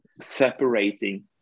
separating